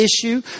Issue